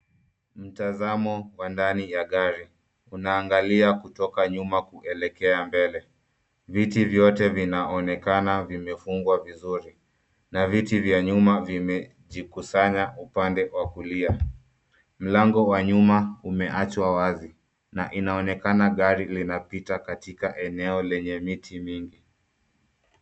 Mtazamo wa ndani ya gari unaangalia kutoka nyuma kuelekea mbele . Viti vyote vinaonekana vimefungwa vizuri , na viti vya nyuma vimejikusanya upande wa kulia . Mlango wa nyuma umewachwa wazi na inaonekana gari linapita katika eneo lenye miti mingi .